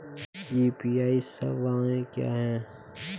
UPI सवायें क्या हैं?